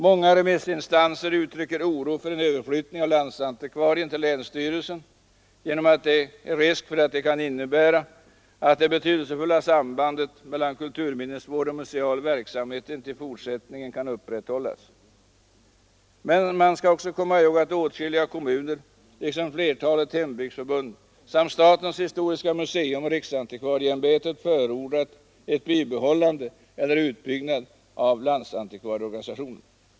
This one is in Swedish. Många remissinstanser uttrycker oro för att en överflyttning av landsantikvarien till länsstyrelsen skall innebära att det betydelsefulla sambandet mellan kulturminnesvård och museal verksamhet inte i fortsättningen kan upprätthållas. Man skall också komma ihåg att åtskilliga kommuner liksom flertalet hembygdsförbund samt statens historiska museum och riksantikvarieämbetet förordat ett bibehållande eller en utbyggnad av landsantikvarieorganisationen.